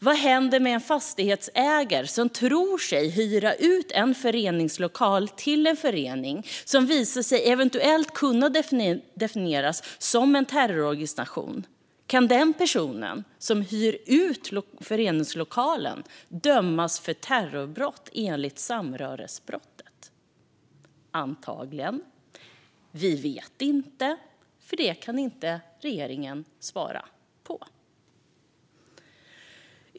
Vad händer med en fastighetsägare som tror sig hyra ut en föreningslokal till en förening som visar sig eventuellt kunna definieras som en terrororganisation? Kan den person som hyr ut föreningslokalen dömas för terrorbrott enligt samröresbrottet? Antagligen. Vi vet inte, för det kan regeringen inte svara på.